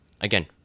again